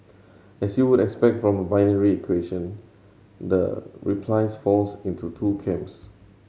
as you would expect from a binary question the replies falls into two camps